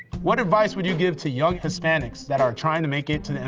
what advice would you give to young hispanics that are trying to make it and and